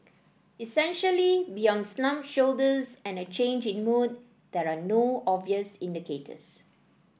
essentially beyond slumped shoulders and a change in mood there are no obvious indicators